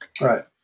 Right